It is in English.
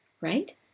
right